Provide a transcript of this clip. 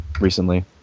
recently